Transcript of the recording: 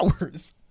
hours